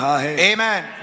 Amen